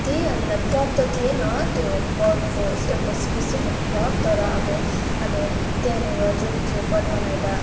त्यही हामीलाई क्लब त थिएन त्यो बर्डको इस एउटा स्पेसिफिक क्लब तर अब हामी त्यहाँनिर जुन चाहिँ पद्मा नाइडु